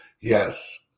yes